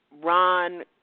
Ron